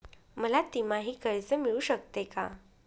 मला तिमाही कर्ज मिळू शकते का?